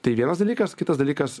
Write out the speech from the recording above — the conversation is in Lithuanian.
tai vienas dalykas kitas dalykas